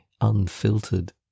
unfiltered